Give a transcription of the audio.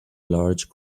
large